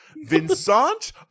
Vincent